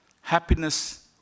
happiness